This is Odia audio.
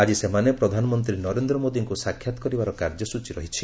ଆଜି ସେମାନେ ପ୍ରଧାନମନ୍ତ୍ରୀ ନରେନ୍ଦ୍ର ମୋଦୀଙ୍କୁ ସାକ୍ଷାତ କରିବାର କାର୍ଯ୍ୟସ୍ଚୀ ରହିଛି